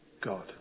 God